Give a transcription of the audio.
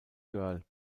girl